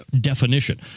definition